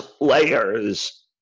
layers